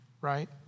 right